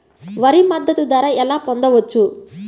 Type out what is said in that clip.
వరి మద్దతు ధర ఎలా పొందవచ్చు?